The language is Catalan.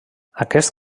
aquest